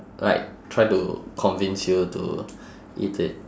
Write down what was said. like try to convince you to eat it